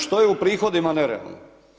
Što je u prihodima nerealno?